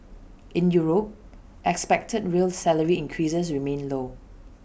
in Europe expected real salary increases remain low